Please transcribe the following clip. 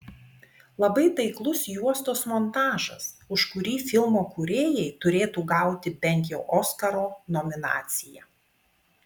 labai taiklus juostos montažas už kurį filmo kūrėjai turėtų gauti bent jau oskaro nominaciją